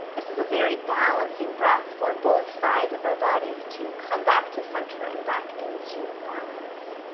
this is a very balancing breath for both sides of our bodies to come back to center and back into balance.